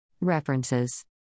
References